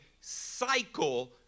cycle